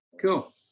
Cool